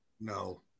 No